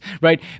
right